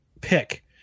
pick